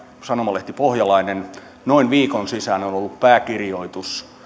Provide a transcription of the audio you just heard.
sanomalehti pohjalainen käteen noin viikon sisään on ollut pääkirjoitus